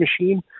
machine